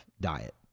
diet